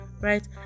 right